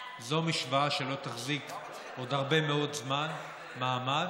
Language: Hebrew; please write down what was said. זו משוואה שלא תחזיק עוד הרבה מאוד זמן מעמד.